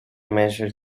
measure